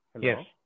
Yes